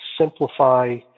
simplify